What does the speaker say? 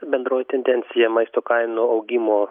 bendroji tendencija maisto kainų augimo